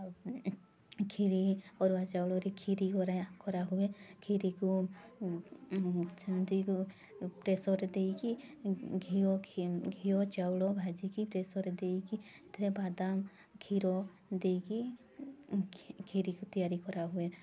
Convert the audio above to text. କ୍ଷିରି ଅରୁଆ ଚାଉଳରେ କ୍ଷିରି କରା କରାହୁଏ କ୍ଷିରିକୁ ସେମିତି ପ୍ରେସର୍ ଦେଇକି ଘିଅ ଚାଉଳ ଭାଜିକି ପ୍ରେସର୍ରେ ଦେଇକି ସେଥିରେ ବାଦାମ କ୍ଷୀର ଦେଇକି କ୍ଷିରିକୁ ତିଆରି କରାହୁଏ